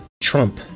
Trump